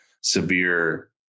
severe